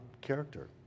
character